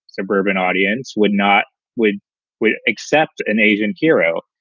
suburban audience would not would would accept an asian hero.